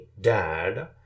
dad